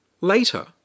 Later